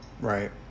Right